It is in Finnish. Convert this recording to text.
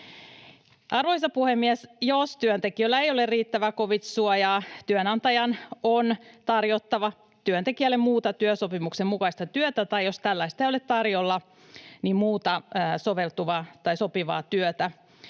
Arvoisa puhemies! Jos työntekijällä ei ole riittävää covid-suojaa, työnantajan on tarjottava työntekijälle muuta työsopimuksen mukaista työtä tai, jos tällaista ei ole tarjolla, muuta sopivaa työtä. Jos sopivaa työtä